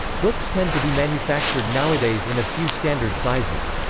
books tend to be manufactured nowadays in a few standard sizes.